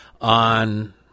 on